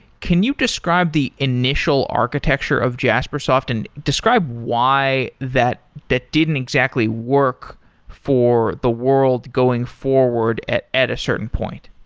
can you describe the initial architecture of jaspersoft and describe why that that didn't exactly work for the world going forward at at a certain point?